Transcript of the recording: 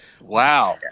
Wow